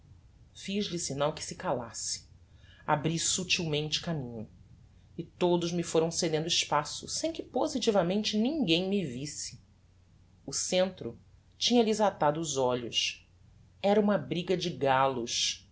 nhã loló fiz-lhe signal que se calasse abri subtilmente caminho e todos me foram cedendo espaço sem que positivamente ninguem me visse o centro tinha lhes atado os olhos era uma briga de gallos